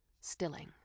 stilling